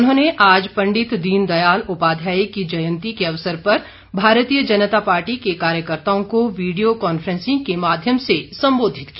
उन्होंने आज पंडित दीनदयाल उपाध्याय की जयंती के अवसर पर भारतीय जनता पार्टी के कार्यकर्ताओं को वीडियो कांफ्रेंसिंग के माध्यम से संबोधित किया